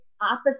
opposite